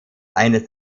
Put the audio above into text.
eines